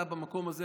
אתה במקום הזה,